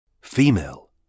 female